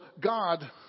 God